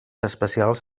especials